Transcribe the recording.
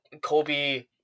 Kobe